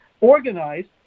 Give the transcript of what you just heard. organized